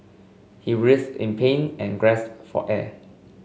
he writhed in pain and gasped for air